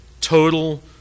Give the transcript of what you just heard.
total